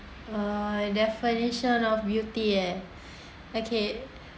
uh definition of beauty eh okay